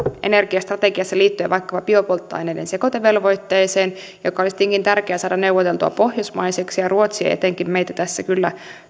ilmastostrategiassa liittyen vaikkapa biopolttoaineiden sekoitevelvoitteeseen joka olisi tietenkin tärkeää saada neuvoteltua pohjoismaiseksi ja ruotsi etenkin meitä tässä kyllä